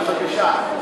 בבקשה,